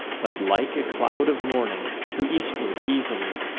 but like a cloud of morning to eastward easily,